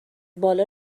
بالا